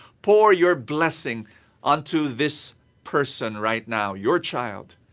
pour your blessing onto this person right now. your child.